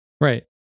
Right